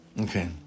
Okay